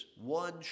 one